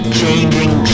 changing